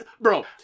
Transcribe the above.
bro